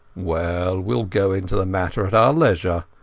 well, weall go into the matter at our leisure.